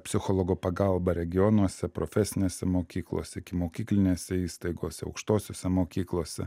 psichologo pagalbą regionuose profesinėse mokyklose ikimokyklinėse įstaigose aukštosiose mokyklose